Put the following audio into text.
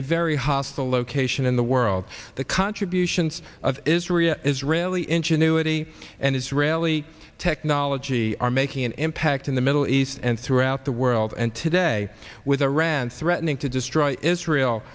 a very hostile location in the world the contributions of israel israeli ingenuity and israeli technology are making an impact in the middle east and throughout the world and today with iran threatening to destroy israel